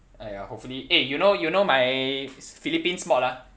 !aiya! hopefully eh you know you know my philippines mod ah